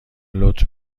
لطف